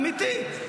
אמיתי.